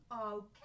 Okay